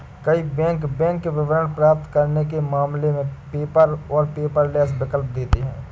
कई bank bank विवरण प्राप्त करने के मामले में पेपर और पेपरलेस विकल्प देते हैं